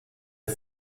est